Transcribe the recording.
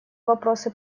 вопросы